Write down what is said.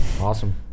awesome